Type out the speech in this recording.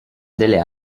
delle